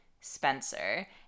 Spencer